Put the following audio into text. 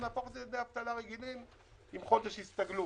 נהפוך את זה לדמי אבטלה רגילים עם חודש הסתגלות,